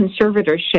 conservatorship